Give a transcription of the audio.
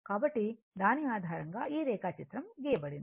కాబట్టి దాని ఆధారంగా ఈ రేఖాచిత్రం గీయబడింది